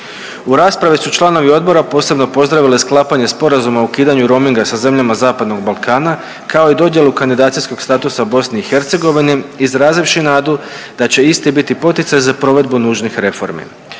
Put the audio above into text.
U raspravi su članovi odbora posebno pozdravili sklapanje sporazuma o ukidanju roaminga sa zemljama Zapadnog Balkana kao i dodjelu kandidacijskog statusa BiH izrazivši nadu da će isti biti poticaj za provedbu nužnih reformi.